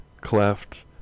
cleft